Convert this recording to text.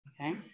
okay